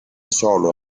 solo